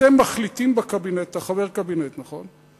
אתם מחליטים בקבינט, אתה חבר הקבינט, נכון?